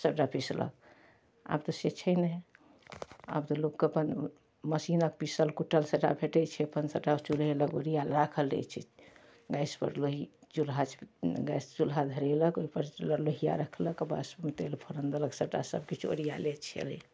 सबटा पिसलक आब तऽ से छै नहि आब तऽ लोककेँ अपन मशीनके पिसल कुटल सबटा भेटै छै अपन सबटा चुल्हेलग ओरिआएल राखल रहै छै गैसपर लोहि चुल्हा गैस चुल्हा धरेलक ओहिपर लोहिआ राखलक बस ओहिमे तेल फोरन देलक सबटा सबकिछु ओरिआएले छलै